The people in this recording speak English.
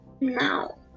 now